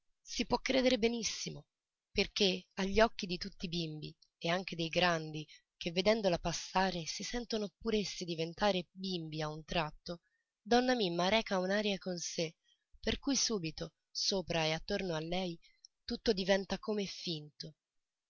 si può credere benissimo perché agli occhi di tutti i bimbi e anche dei grandi che vedendola passare si sentono pur essi diventare bimbi a un tratto donna mimma reca un'aria con sé per cui subito sopra e attorno a lei tutto diventa come finto